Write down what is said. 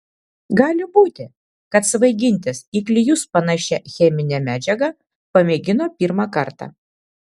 gali būti kad svaigintis į klijus panašia chemine medžiaga pamėgino pirmą kartą